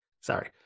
Sorry